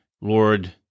Lord